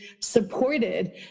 supported